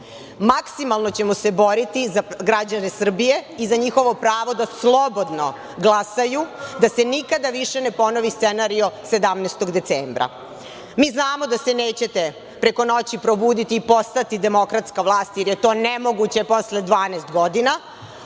grupu. Maksimalno ćemo se boriti za građane Srbije i za njihovo pravo da slobodno glasaju, da se nikada više ponovi scenario 17. decembra. Mi znamo da se nećete preko noći probuditi i postati demokratska vlast, jer je to nemoguće posle 12 godina,